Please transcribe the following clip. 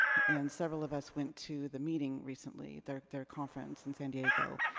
and several of us went to the meeting recently, their their conference in san diego,